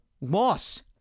loss